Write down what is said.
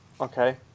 Okay